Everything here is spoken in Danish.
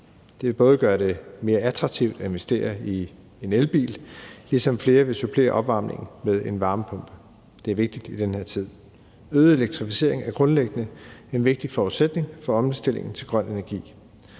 Det vil gøre det mere attraktivt at investere i en elbil, ligesom flere vil supplere opvarmningen med en varmepumpe – det er vigtigt i den her tid. Øget elektrificering er grundlæggende en vigtig forudsætning for omstillingen til grøn energi,